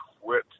quit